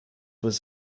was